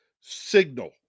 signal